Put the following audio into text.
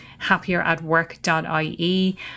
happieratwork.ie